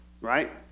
right